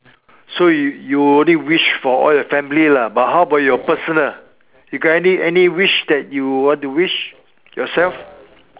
so you only wish for all your family lah but how about your personal you got any any wish that you want to wish yourself